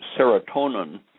serotonin